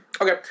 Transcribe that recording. Okay